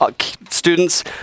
Students